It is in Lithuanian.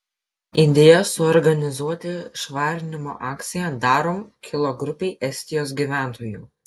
idėja suorganizuoti švarinimo akciją darom kilo grupei estijos gyventojų